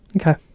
Okay